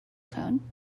tone